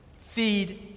feed